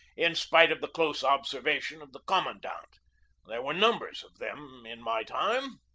in spite of the close observation of the commandant. there were numbers of them in my time.